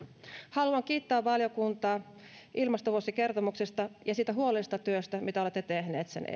haluan kiittää valiokuntaa ilmastovuosikertomuksesta ja siitä huolellisesta työstä mitä olette tehneet sen